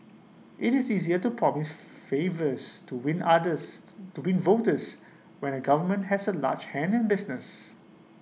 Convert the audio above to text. IT is easier to promise favours to win others to be voters when A government has A large hand in business